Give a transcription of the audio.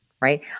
right